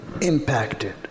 impacted